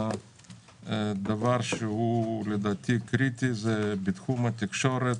דבר שלדעתי הוא קריטי, זה בתחום התקשורת,